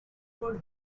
called